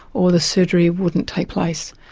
or the surgery wouldn't take place.